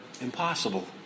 impossible